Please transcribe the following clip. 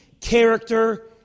character